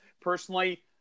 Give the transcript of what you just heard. personally